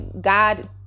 god